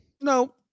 No